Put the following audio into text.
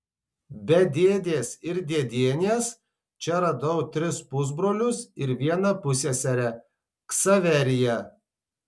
be dėdės ir dėdienės čia radau tris pusbrolius ir vieną pusseserę ksaveriją